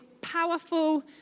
powerful